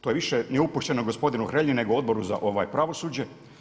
To je više neupućeno gospodinu Hrelji nego Odboru za pravosuđe.